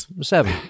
Seven